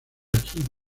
king